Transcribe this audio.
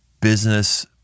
business